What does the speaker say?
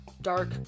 dark